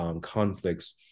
conflicts